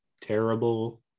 terrible